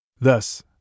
Thus